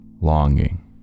longing